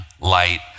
light